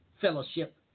Fellowship